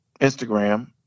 Instagram